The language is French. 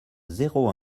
zéro